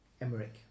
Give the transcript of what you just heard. Emmerich